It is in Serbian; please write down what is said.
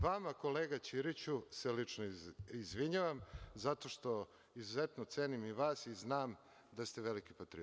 Vama, kolega Ćiriću, se lično izvinjavam, zato što izuzetno cenim i vas i znam da ste veliki patriota.